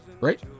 Right